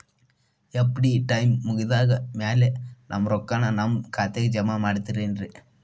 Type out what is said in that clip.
FD time ಮುಗಿದಾದ್ ಮ್ಯಾಲೆ ನಮ್ ರೊಕ್ಕಾನ ನಮ್ ಖಾತೆಗೆ ಜಮಾ ಮಾಡ್ತೇರೆನ್ರಿ?